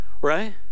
Right